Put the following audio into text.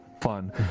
fun